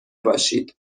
باشید